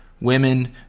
women